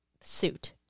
suit